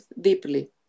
deeply